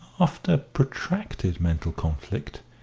after protracted mental conflict,